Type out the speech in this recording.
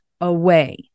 away